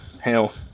hell